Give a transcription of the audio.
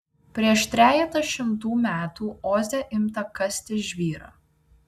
prieš trejetą šimtų metų oze imta kasti žvyrą